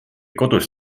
kodus